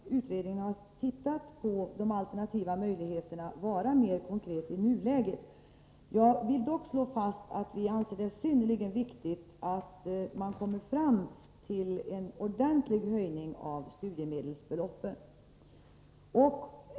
Herr talman! Vårt förslag är inte konkret, säger Rune Backlund. Det är ju inte möjligt att innan utredningen har tittat på de alternativa möjligheterna vara mera konkret i nuläget. Jag vill dock slå fast att vi anser det synnerligen viktigt att man kommer fram till en ordentlig höjning av studiemedelsbeloppet.